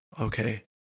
Okay